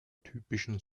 typischen